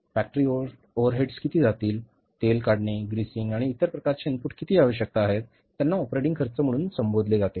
factory overheads किती जातील तेल काढणे ग्रीसिंग आणि इतर प्रकारच्या इनपुट किती आवश्यक आहेत त्यांना ऑपरेटिंग खर्च म्हणून संबोधले जाते